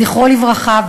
זכרו לברכה,